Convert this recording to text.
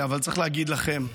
אבל צריך להגיד לכם,